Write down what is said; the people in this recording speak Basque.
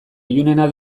ilunena